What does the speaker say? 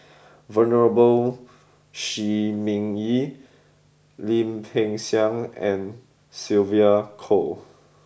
Venerable Shi Ming Yi Lim Peng Siang and Sylvia Kho